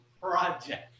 project